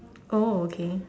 oh okay